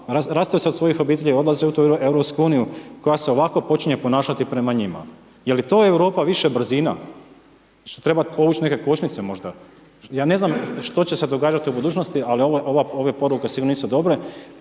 rastaju se od svojih obitelji, odlaze u EU koja se ovako počinje ponašati prema njima. Je li to Europa više brzina? Treba povući neke konačnice možda? Ja ne znam što će se dešavati u budućnosti ali ove poruke sigurno nisu dobre,